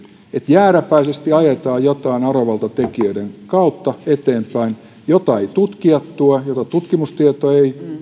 jääräpäisesti ajetaan arvovaltatekijöiden kautta eteenpäin jotain jota eivät tutkijat tue jota tutkimustieto